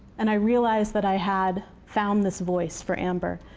and i realized that i had found this voice for amber.